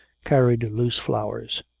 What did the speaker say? carried loose flowers.